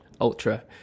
ultra